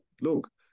look